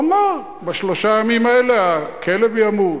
הוא אמר: בשלושה ימים אלה הכלב ימות,